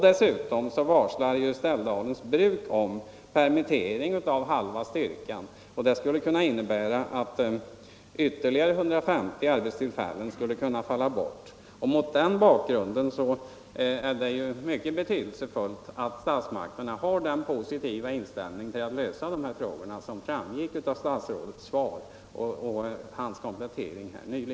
Dessutom varslar Ställdalens Bruk om permittering av halva styrkan, och det skulle kunna innebära att ytterligare 150 arbetstillfällen faller bort. Mot den bakgrunden är det ju mycket betydelsefullt att statsmakterna har den positiva inställning till att lösa de här frågorna som framgick av statsrådets svar och hans komplettering nyss.